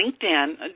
LinkedIn